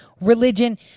religion